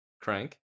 Crank